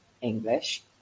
English